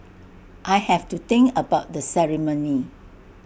I have to think about the ceremony